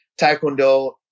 taekwondo